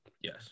Yes